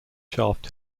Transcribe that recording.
shaft